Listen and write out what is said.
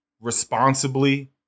responsibly